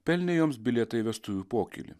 pelnė joms bilietą į vestuvių pokylį